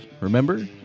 Remember